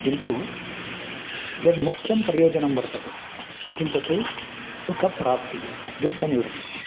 किन्तु यद् मुख्यं प्रयोजनं वर्तते किं तत् सुखप्राप्तिः दुःखनिवृत्तिः